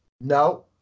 No